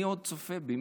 מי עוד צופה בי?